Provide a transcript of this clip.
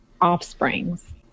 offsprings